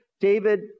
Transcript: David